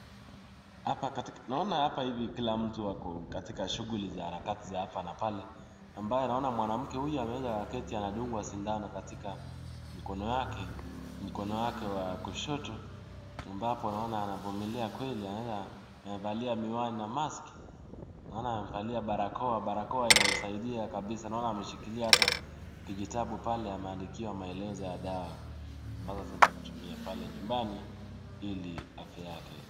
Kila mtu ako katika shughuli za harakati za hapa na pale amabaye naona mwanamke huyu anaweza kaketi akadungwa sindano katika mkono wake wa kushoto na anavumilia kweli na amevalia miwani na barakoa inamsaidia kabisa, naona anashikilia kijitabu ameandikiwa maelezo ya dawa amabaye anaweza tumia pale nyumbani ili afya yake